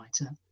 writer